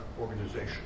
organization